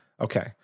Okay